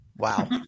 Wow